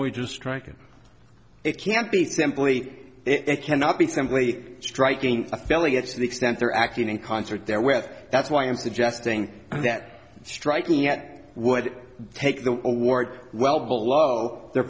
do strike it it can't be simply it cannot be simply striking affiliates to the extent they are acting in concert their wealth that's why i'm suggesting that striking at would take the award well below their